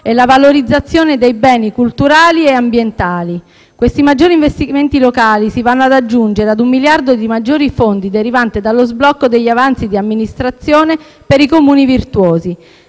e la valorizzazione dei beni culturali e ambientali. Questi maggiori investimenti locali si vanno ad aggiungere a un miliardo di maggiori fondi derivante dallo sblocco degli avanzi di amministrazione per i Comuni virtuosi.